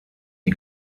die